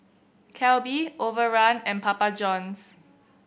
Calbee Overrun and Papa Johns